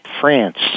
France